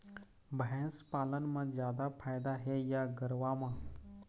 भैंस पालन म जादा फायदा हे या गरवा म?